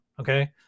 Okay